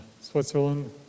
switzerland